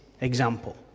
example